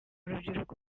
rubyiruko